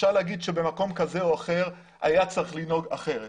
אפשר לומר שבמקום כזה או אחר היה צריך לנהוג אחרת.